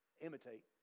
imitate